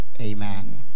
Amen